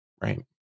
Right